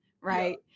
right